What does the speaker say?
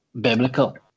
biblical